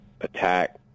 attack